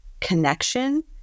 connection